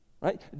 Right